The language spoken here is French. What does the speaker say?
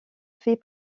fait